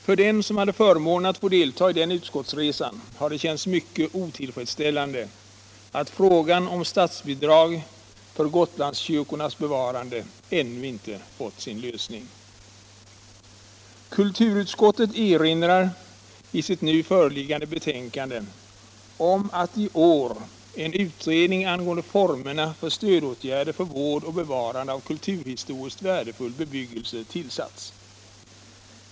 För den som hade förmånen att få delta i den utskottsresan har det känts mycket otillfredsställande att frågan om statsbidrag för Gotlandskyrkornas bevarande ännu inte fått sin lösning. Kulturutskottet erinrar i sitt nu föreliggande betänkande om att i år en utredning angående formerna för stödåtgärder för vård och bevarande av kulturhistoriskt värdefull bebyggelse tillsatts.